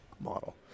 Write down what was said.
model